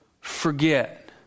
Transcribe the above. forget